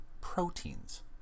proteins